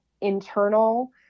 internal